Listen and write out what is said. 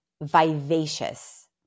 vivacious